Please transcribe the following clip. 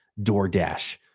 DoorDash